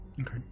Okay